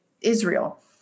Israel